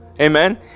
amen